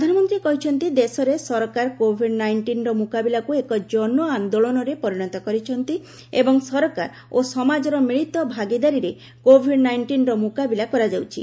ପ୍ରଧାନମନ୍ତ୍ରୀ କହିଛନ୍ତି ଦେଶରେ ସରକାର କୋଭିଡ ନାଇଷ୍ଟିନର ମୁକାବିଲାକୁ ଏକ ଜନଆନ୍ଦୋଳନରେ ପରିଣତ କରିଛନ୍ତି ଏବଂ ସରକାର ଓ ସମାଜର ମିଳିତ ଭାଗିଦାରୀରେ କୋଭିଡ୍ ନାଇଷ୍ଟିନ୍ର ମୁକାବିଲା କରାଯାଉଛି